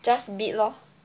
just bid lor